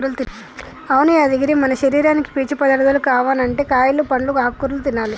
అవును యాదగిరి మన శరీరానికి పీచు పదార్థాలు కావనంటే కాయలు పండ్లు ఆకుకూరలు తినాలి